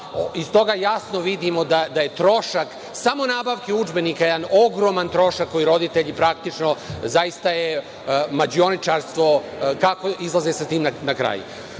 Iz toga jasno vidimo da je trošak samo nabavke udžbenika jedan ogroman trošak koji roditelji, praktično, zaista je mađioničarstvo kako izlaze sa tim na